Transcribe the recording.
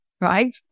right